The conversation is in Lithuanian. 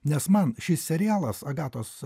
nes man šis serialas agatos